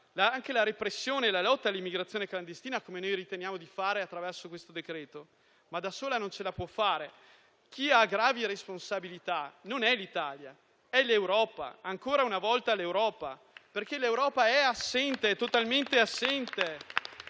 anche la repressione e la lotta all'immigrazione clandestina, come noi riteniamo di fare attraverso questo decreto, ma da solo non ce la può fare. Chi ha gravi responsabilità non è l'Italia, ma l'Europa, ancora una volta, perché è totalmente assente.